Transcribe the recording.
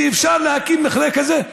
שבו אפשר להקים מכרה כזה.